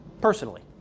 Personally